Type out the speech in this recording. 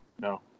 no